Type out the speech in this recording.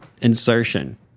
insertion